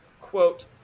quote